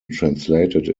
translated